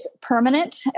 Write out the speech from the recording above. permanent